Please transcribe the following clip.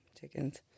chickens